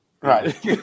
right